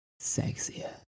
sexier